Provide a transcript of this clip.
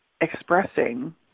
expressing